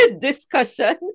discussion